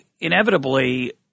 inevitably